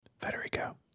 Federico